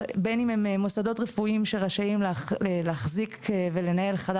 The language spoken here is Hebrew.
בין אם הם מוסדות רפואיים שרשאים להחזיק ולנהל חדר